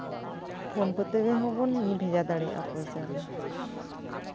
phone ᱠᱚᱛᱮ ᱨᱮᱦᱚᱸ ᱵᱚᱱ ᱵᱷᱮᱡᱟ ᱫᱟᱲᱮᱭᱟᱜᱼᱟ ᱯᱚᱭᱥᱟ ᱫᱚ